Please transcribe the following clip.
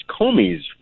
Comey's